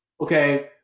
okay